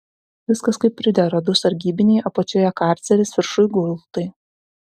viskas kaip pridera du sargybiniai apačioje karceris viršuj gultai